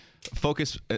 focus